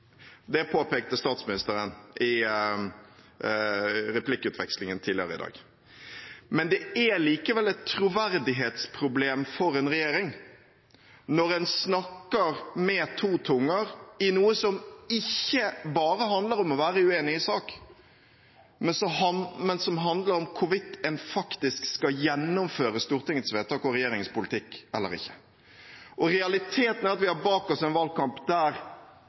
Det påpekte statsministeren i replikkvekslingen tidligere i dag. Men det er likevel et troverdighetsproblem for en regjering når en snakker med to tunger om noe som ikke bare handler om å være uenig i sak, men som handler om hvorvidt en faktisk skal gjennomføre Stortingets vedtak og regjeringens politikk eller ikke. Realiteten er at vi har bak oss en valgkamp der